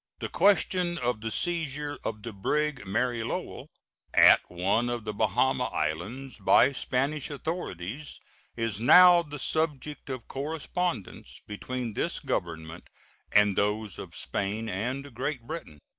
the question of the seizure of the brig mary lowell at one of the bahama islands by spanish authorities is now the subject of correspondence between this government and those of spain and great britain.